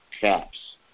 caps